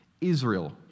Israel